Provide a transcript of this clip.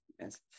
yes